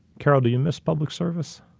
carol, do you miss public service?